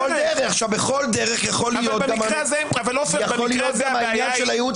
בכל דרך יכול להיות גם בעניין של הייעוץ